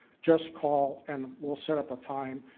just call, and we'll set up a time.